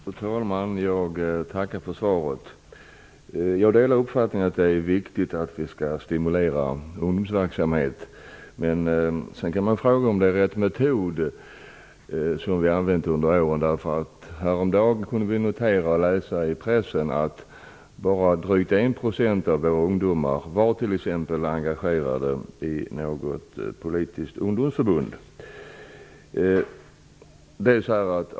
Fru talman! Jag tackar för svaret. Jag delar uppfattningen att det är viktigt att stimulera ungdomsverksamhet, men man kan fråga sig om vi har använt rätt metod. Häromdagen kunde vi läsa i pressen att bara drygt 1 % av ungdomarna var engagerade i något politiskt ungdomsförbund.